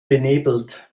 benebelt